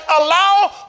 allow